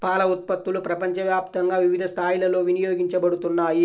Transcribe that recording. పాల ఉత్పత్తులు ప్రపంచవ్యాప్తంగా వివిధ స్థాయిలలో వినియోగించబడుతున్నాయి